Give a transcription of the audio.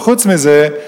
וחוץ מזה,